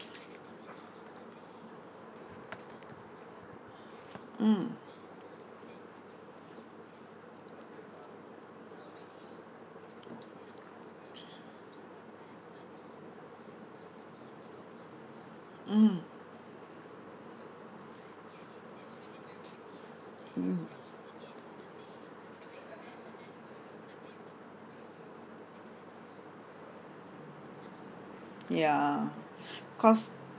mm mm mm ya cause